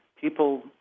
people